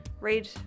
read